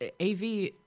AV